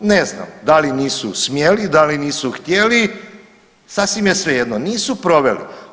Ne znam, da li nisu smjeli, da li nisu htjeli, sasvim je svejedno, nisu proveli.